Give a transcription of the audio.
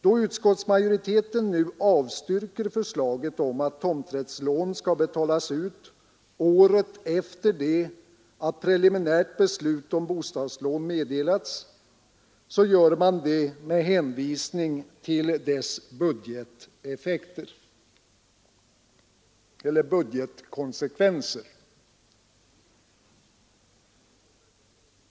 Då utskottsmajoriteten nu avstyrker förslaget om att tomträttslån skall betalas ut året efter det att preliminärt beslut om bostadslån meddelats, gör man det med hänvisning till dess budgetkonsekvenser.